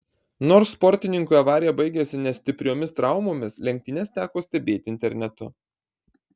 nors sportininkui avarija baigėsi ne stipriomis traumomis lenktynes teko stebėti internetu